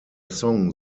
song